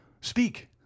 Speak